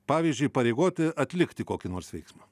pavyzdžiui įpareigoti atlikti kokį nors veiksmą